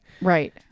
Right